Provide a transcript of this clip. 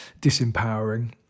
disempowering